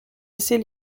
essais